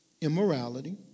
immorality